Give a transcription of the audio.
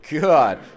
God